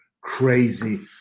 crazy